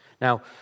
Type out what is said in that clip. Now